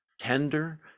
tender